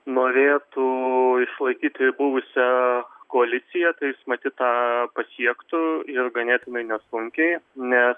norėtų išlaikyti buvusią koaliciją tai jis matyt tą pasiektų ir ganėtinai nesunkiai nes